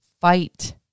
fight